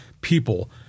people